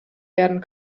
werden